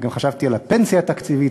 גם חשבתי על הפנסיה התקציבית,